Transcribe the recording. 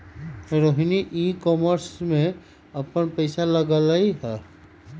Rohini e commerce में अप्पन पैसा लगअलई ह